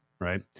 right